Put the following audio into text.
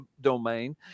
domain